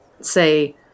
say